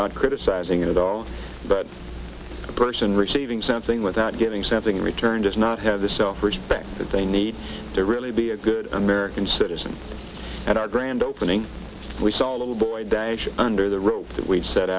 not criticizing it at all but the person receiving something without giving something returned does not have the self respect that they need to really be a good american citizen and our grand opening we saw a little boy under the